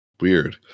weird